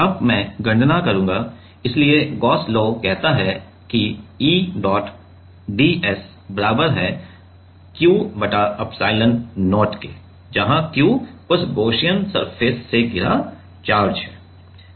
अब मैं गणना करूँगा इसलिए गॉस लॉ कहता है कि E dot ds बराबर है Q बटा एप्सिलॉन नॉट के जहां Q उस गॉसियन सरफेस से घिरा चार्ज है